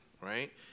right